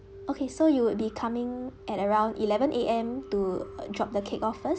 okay so you would be coming at around eleven A_M to drop the cake off first